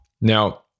Now